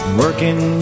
working